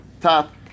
top